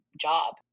job